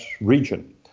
region